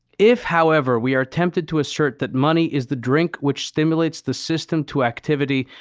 if however, we are tempted to assert that money is the drink which stimulates the system to activity,